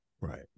Right